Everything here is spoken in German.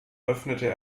öffnete